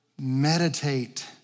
meditate